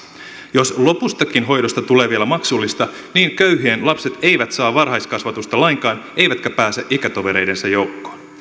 jos lopustakin hoidosta tulee vielä maksullista niin köyhien lapset eivät saa varhaiskasvatusta lainkaan eivätkä pääse ikätovereidensa joukkoon